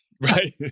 right